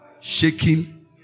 shaking